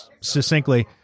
succinctly